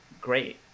great